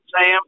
Sam